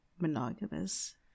monogamous